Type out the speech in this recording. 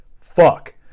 fuck